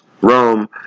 Rome